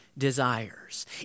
desires